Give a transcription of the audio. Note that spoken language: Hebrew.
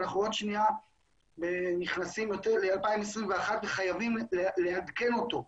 אנחנו עוד שניה נכנסים ל-2021 וחייבים לעדכן אותו.